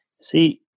See